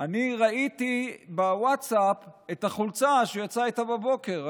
אני ראיתי בווטסאפ את החולצה שהוא יצא איתה בבוקר,